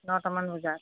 নটামান বজাত